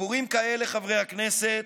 סיפורים כאלה, חברי הכנסת,